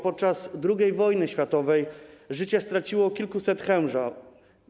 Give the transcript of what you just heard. Podczas drugiej wojny światowej życie straciło kilkuset chełmżan.